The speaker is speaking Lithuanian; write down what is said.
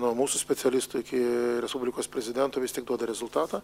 nuo mūsų specialistų iki respublikos prezidento vis tik duoda rezultatą